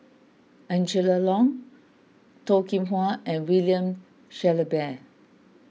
Angela Liong Toh Kim Hwa and William Shellabear